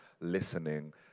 listening